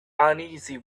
uneasy